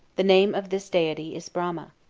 the name of this deity is brahma.